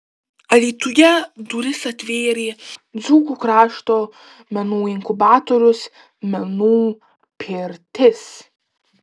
alytuje duris atvėrė dzūkų krašto menų inkubatorius menų pirtis